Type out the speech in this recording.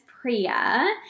Priya